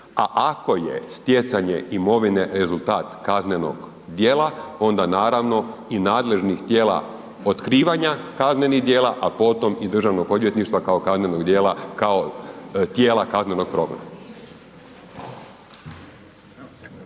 a ako je stjecanje imovine rezultat kaznenog djela onda naravno i nadležnih tijela otkrivanja kaznenih djela, a potom i državnog odvjetništva kao kaznenog djela,